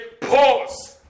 pause